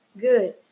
Good